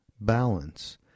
balance